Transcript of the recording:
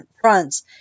fronts